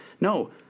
No